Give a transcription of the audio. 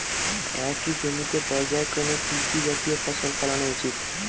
একই জমিতে পর্যায়ক্রমে কি কি জাতীয় ফসল ফলানো উচিৎ?